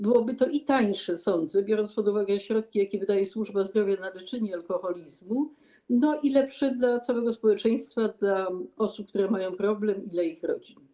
Byłoby to i tańsze - tak sądzę, biorąc pod uwagę środki, jakie wydaje służba zdrowia na leczenie alkoholizmu - i lepsze dla całego społeczeństwa, dla osób, które mają problem, i dla ich rodzin.